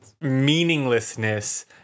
meaninglessness